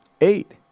Eight